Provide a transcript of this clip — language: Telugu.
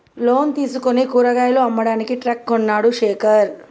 లోన్ తీసుకుని కూరగాయలు అమ్మడానికి ట్రక్ కొన్నడు శేఖర్